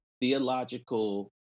theological